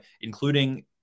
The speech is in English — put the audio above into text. including